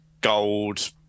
gold